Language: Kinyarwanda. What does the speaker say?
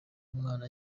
umwana